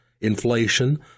inflation